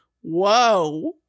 whoa